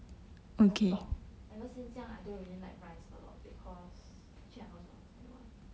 我也不懂 ever since young I don't really like rice a lot because actually I also don't understand why